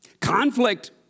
Conflict